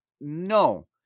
no